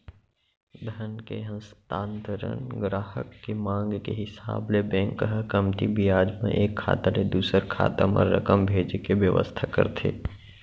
धन के हस्तांतरन गराहक के मांग के हिसाब ले बेंक ह कमती बियाज म एक खाता ले दूसर खाता म रकम भेजे के बेवस्था करथे